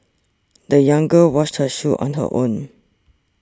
the young girl washed her shoes on her own